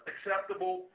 Acceptable